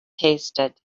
tasted